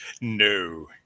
no